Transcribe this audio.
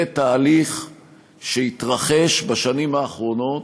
זה תהליך שהתרחש בשנים האחרונות,